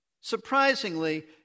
surprisingly